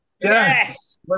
yes